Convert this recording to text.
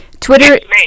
Twitter